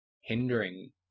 hindering